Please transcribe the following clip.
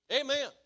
Amen